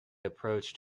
approached